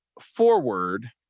forward